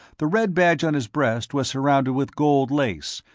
the red badge on his breast was surrounded with gold lace,